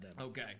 Okay